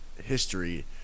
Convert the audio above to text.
History